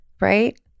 right